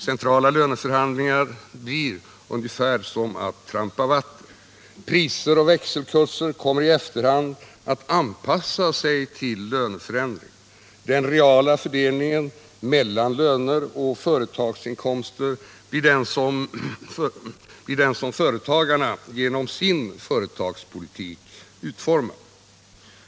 Centrala löneförhandlingar blir ungefär som att trampa vatten. Priser och växelkurser kommer i efterhand att anpassas till löneförändringarna. Den reala fördelningen mellan löner och företagsinkomster blir den som företagarna genom sin företagspolitik utformar.